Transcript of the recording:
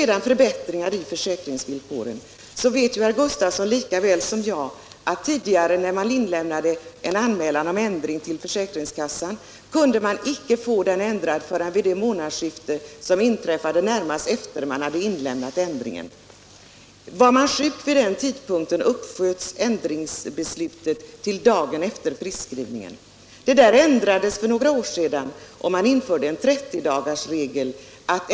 Vad gäller förbättringar i försäkringsvillkoren så vet herr Gustavsson lika väl som jag att tidigare, när man inlämnade en anmälan om ändring till försäkringskassan, kunde man icke få ändringen genomförd förrän vid det månadsskifte som inträffade närmast efter man hade anmält ändringen. Var man sjuk vid den tidpunkten, uppsköts ändringsbeslutet till dagen efter friskskrivningen. Detta ändrades för några år sedan. Man införde då 30-dagarsregeln.